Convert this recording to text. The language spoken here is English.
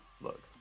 look